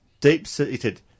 deep-seated